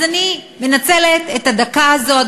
אז אני מנצלת את הדקה הזאת,